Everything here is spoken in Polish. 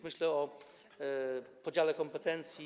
Myślę o podziale kompetencji.